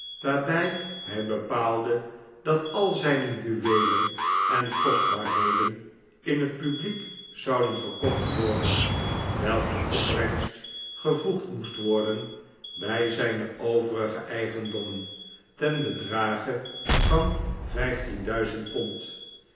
waarbij hij bepaalde dat al zijne juweelen en kostbaarheden in het publiek zouden verkocht worden welker opbrengst gevoegd moest worden by zijne overige eigendommen ten bedrage van pond